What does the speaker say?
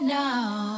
now